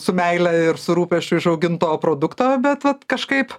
su meile ir su rūpesčiu išauginto produkto bet vat kažkaip